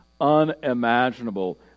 unimaginable